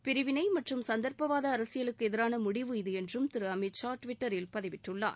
பிரிவினை மற்றும் சந்தர்ப்பவாத அரசியலுக்கு எதிரான முடிவு இது என்றம் திரு அமித் ஷா டுவிட்டரில் பதிவிட்டுள்ளார்